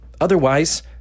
Otherwise